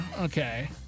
Okay